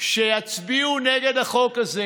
שיצביעו נגד החוק הזה